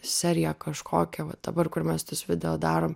seriją kažkokią vat dabar kur mes tuos video darom